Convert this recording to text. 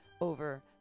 over